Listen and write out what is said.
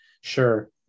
sure